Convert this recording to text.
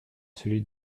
celui